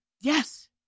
yes